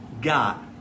got